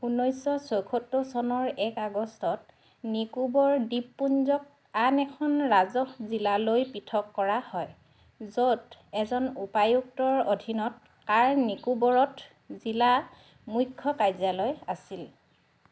ঊনৈছশ চৌসত্তৰ চনৰ এক আগষ্টত নিকোবৰ দ্বীপপুঞ্জক আন এখন ৰাজহ জিলালৈ পৃথক কৰা হয় য'ত এজন উপায়ুক্তৰ অধীনত কাৰ নিকোবৰত জিলা মূখ্য কাৰ্যালয় আছিল